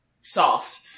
soft